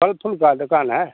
फल फुल का दुकान है